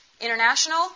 International